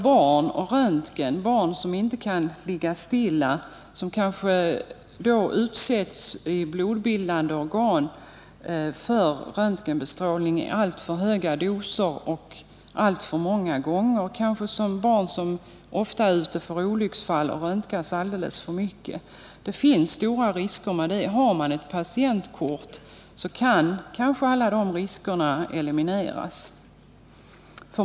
Barn som inte kan ligga stilla kan utsättas för röntgenbestrålning i blodbildande organ i alltför höga doser och alltför många gånger. Barn som ofta råkar ut för olycksfall löper också risk att röntgas alldeles för mycket. Det finns stora risker med detta. Har man ett patientkort kan kanske de riskerna elimineras.